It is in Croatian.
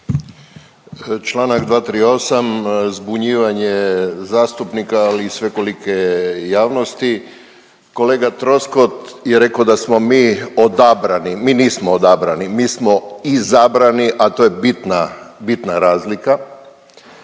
Članak 238. Zbunjivanje zastupnika, ali i svekolike javnosti. Kolega Troskot je rekao da smo mi odabrani. Mi nismo odabrani, mi smo izabrani, a to je bitna, bitna razlika.